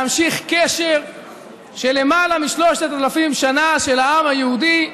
להמשיך קשר של למעלה מ-3,000 שנה של העם היהודי לבירתו,